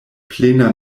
plena